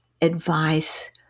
advice